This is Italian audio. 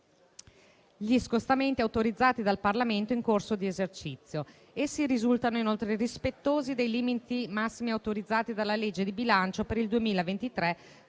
gli scostamenti autorizzati dal Parlamento in corso di esercizio. Essi risultano, inoltre, rispettosi dei limiti massimi autorizzati dalla legge di bilancio per il 2023,